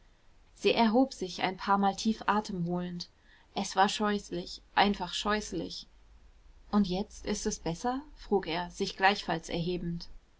sie erhob sich ein paarmal tief atem holend es war scheußlich einfach scheußlich und jetzt ist es besser frug er sich gleichfalls erhebend